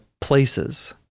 places